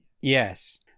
yes